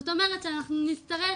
זאת אומרת, אנחנו נצטרך